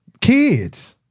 Kids